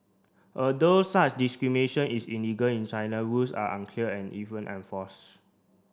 although such discrimination is illegal in China rules are unclear and even enforce